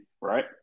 right